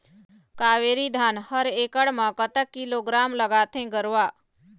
कावेरी धान हर एकड़ म कतक किलोग्राम लगाथें गरवा?